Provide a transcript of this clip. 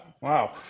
Wow